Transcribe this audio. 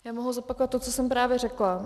Já mohu zopakovat to, co jsem právě řekla.